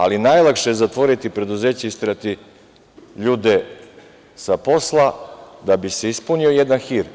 Ali, najlakše je zatvoriti preduzeće i isterati ljude sa posla, da bi se ispunio jedan hir.